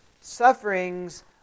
sufferings